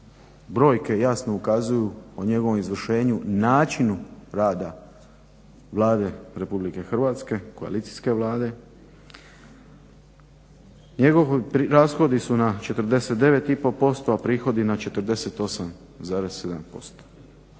brojke jasno ukazuju o njegovom izvršenju, načinu rada Vlade Republike Hrvatske, koalicijske Vlade. Njegovi rashodi su na 49 i pol posto, a prihodi na 48,7